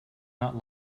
not